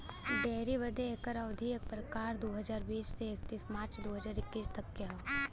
dairy बदे एकर अवधी एक अप्रैल दू हज़ार बीस से इकतीस मार्च दू हज़ार इक्कीस तक क हौ